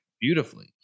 beautifully